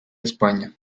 españa